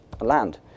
land